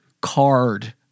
card